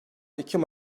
ekim